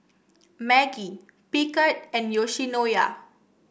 Maggi Picard and Yoshinoya